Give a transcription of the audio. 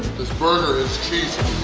this burger is cheesy!